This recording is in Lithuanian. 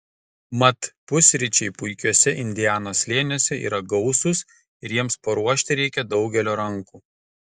mat pusryčiai puikiuose indianos slėniuose yra gausūs ir jiems paruošti reikia daugelio rankų